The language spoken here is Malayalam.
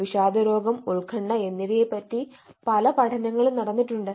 വിഷാദരോഗം ഉത്കണ്ഠ എന്നിവയെപ്പറ്റി മറ്റ് പല പഠനങ്ങളും നടന്നിട്ടുണ്ട്